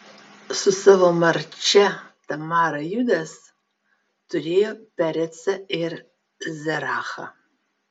su savo marčia tamara judas turėjo perecą ir zerachą